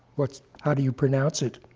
but how do you pronounce it?